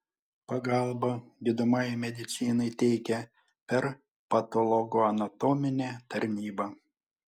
pagalbą gydomajai medicinai teikia per patologoanatominę tarnybą